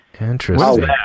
Interesting